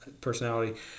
personality